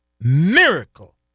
miracle